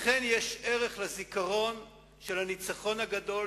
לכן יש ערך לזיכרון של הניצחון הגדול,